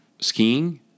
skiing